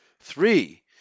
Three